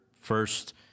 first